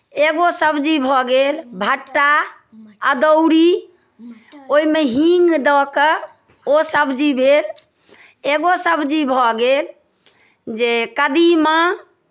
एगो सब्जी भऽ गेल भट्टा अदौरी ओहिमे हींग दऽ कऽ ओ सब्जी भेल एगो सब्जी भऽ गेल जे कदीमा